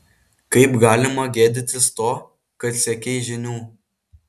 kaip galima gėdytis to kad siekei žinių